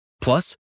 Plus